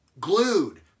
glued